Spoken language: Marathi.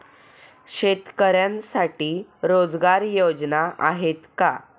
शेतकऱ्यांसाठी रोजगार योजना आहेत का?